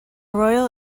royal